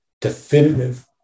definitive